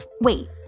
Wait